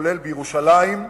גם בירושלים,